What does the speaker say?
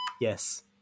Yes